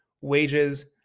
wages